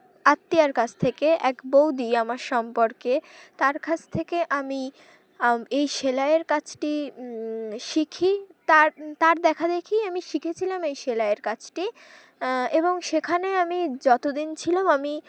আত্মীয়ার কাছ থেকে এক বৌদি আমার সম্পর্কে তার কাছ থেকে আমি এই সেলাইয়ের কাজটি শিখি তার তার দেখা দেখি আমি শিখেছিলাম এই সেলাইয়ের কাজটি এবং সেখানে আমি যতদিন ছিলাম আমি